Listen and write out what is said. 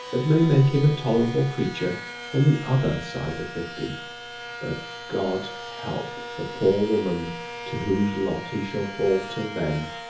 that may make him a tolerable creature on the other side of fifty but god help the poor woman to whose lot he shall fall till then!